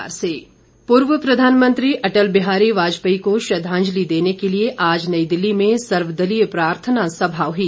अटल श्रद्वांजलि पूर्व प्रधानमंत्री अटल बिहारी वाजपेयी को श्रद्धांजलि देने के लिये आज नई दिल्ली में सर्वदलीय प्रार्थना सभा हुई